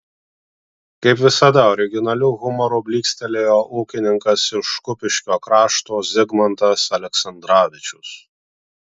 kaip visada originaliu humoru blykstelėjo ūkininkas iš kupiškio krašto zigmantas aleksandravičius